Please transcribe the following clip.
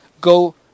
Go